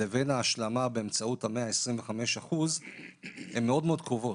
לבין ההשלמה באמצעות ה-125% הוא מאוד מאוד קרוב.